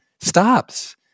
stops